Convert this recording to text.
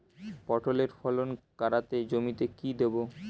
পটলের ফলন কাড়াতে জমিতে কি দেবো?